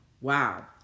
Wow